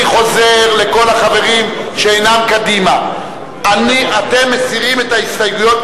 אני חוזר לכל החברים שאינם קדימה: אתם מסירים את ההסתייגויות,